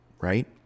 right